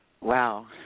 Wow